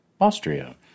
Austria